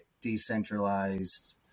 decentralized